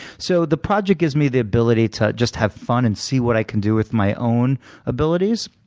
so the project gives me the ability to just have fun and see what i can do with my own abilities,